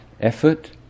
effort